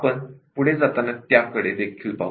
आपण पुढे जाताना त्याकडे लक्ष देऊ